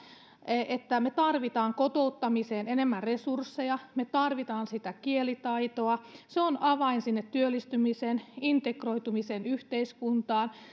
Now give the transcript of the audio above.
että me tarvitsemme kotouttamiseen enemmän resursseja me tarvitsemme sitä kielitaitoa se on avain sinne työllistymiseen integroitumiseen yhteiskuntaan